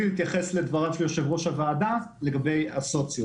להתייחס לדבריו של יושב-ראש הוועדה לגבי הסוציו.